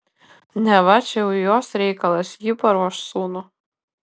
neva čia jau jos reikalas ji paruoš sūnų